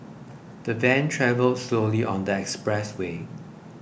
the van travelled slowly on the express way